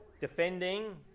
defending